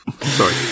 Sorry